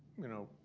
you know,